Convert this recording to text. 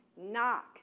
Knock